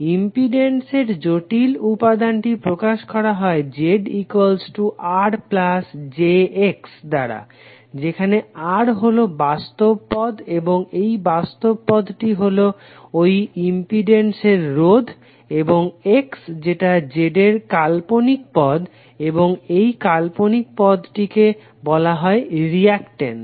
impedance এর জটিল উপাদানটি প্রকাশ করা হয় ZRjX দ্বারা যেখানে R হলো বাস্তব পদ এবং এই বাস্তব পদটি হলো ঐ ইম্পিডেন্স এর রোধ এবং X যেটা Z এর কাল্পনিক পদ এবং এই কাল্পনিক পদটিকে বলা হয় রিঅ্যাকটেন্স